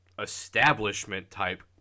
establishment-type